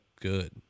good